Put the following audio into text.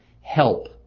help